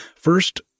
First